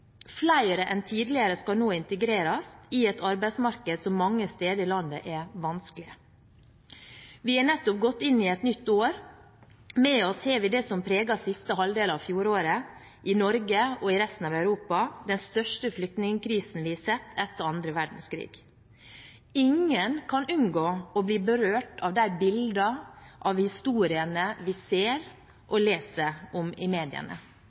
Flere enn tidligere skal nå integreres i et arbeidsmarked som mange steder i landet er vanskelig. Vi har nettopp gått inn i et nytt år. Med oss har vi det som preget siste halvdel av fjoråret, i Norge og i resten av Europa – den største flyktningkrisen vi har sett etter andre verdenskrig. Ingen kan unngå å bli berørt av de bildene og historiene vi ser og leser om i mediene,